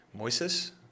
Moises